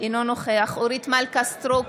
אינו נוכח אורית מלכה סטרוק,